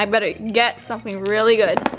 um better get something really good,